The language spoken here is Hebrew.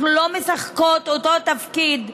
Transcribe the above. אנחנו לא משחקות תפקיד,